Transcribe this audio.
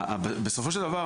בסופו של דבר,